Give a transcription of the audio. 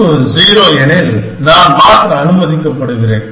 மதிப்பு 0 எனில் நான் மாற்ற அனுமதிக்கப்படுகிறேன்